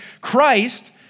Christ